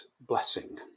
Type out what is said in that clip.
blessing